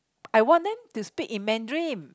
I want them to speak in Mandarin